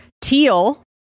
Teal